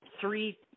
three